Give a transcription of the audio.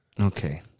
Okay